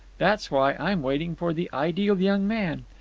that's why i'm waiting for the ideal young man.